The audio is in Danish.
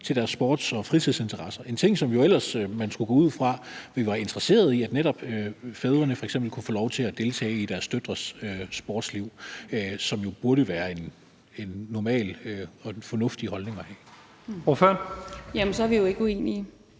til deres sports- og fritidsinteresser. Man skulle ellers gå ud fra, vi var interesserede i, at netop fædrene f.eks. kunne få lov til at deltage i deres døtres sportsliv, som jo burde være normalt og den fornuftige holdning at have. Kl. 12:43 Første næstformand